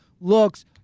looks